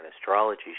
astrology